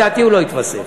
לדעתי, הוא לא יתווסף.